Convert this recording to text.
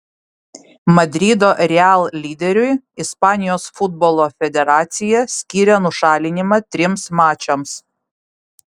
madrido real lyderiui ispanijos futbolo federacija skyrė nušalinimą trims mačams